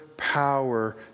power